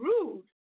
rude